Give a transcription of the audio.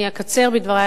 אני אקצר בדברי,